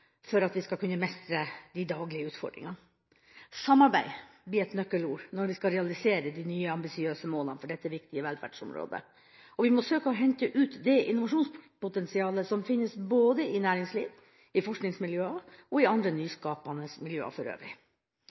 for at vi skal kunne mestre de daglige utfordringene. «Samarbeid» blir et nøkkelord når vi skal realisere de nye ambisiøse målene for dette viktige velferdsområdet, og vi må søke å hente ut det innovasjonspotensialet som finnes i næringsliv, forskningsmiljøer og andre nyskapende miljøer for øvrig.